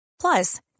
Plus